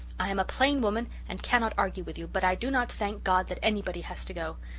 i am a plain woman and cannot argue with you, but i do not thank god that anybody has to go.